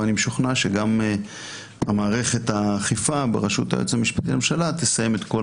ואני משוכנע שגם מערכת האכיפה בראשות היועץ המשפטי לממשלה תסיים את כל